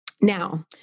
Now